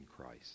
Christ